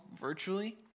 virtually